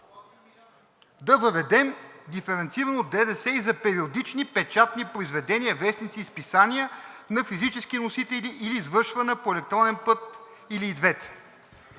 да въведем диференцирано ДДС и за периодични печатни произведения, вестници и списания на физически носители или извършвана по електронен път, или и двете.